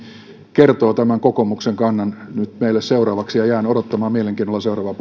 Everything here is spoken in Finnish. kertoo tämän kokoomuksen kannan nyt meille seuraavaksi ja jään odottamaan mielenkiinnolla seuraavaa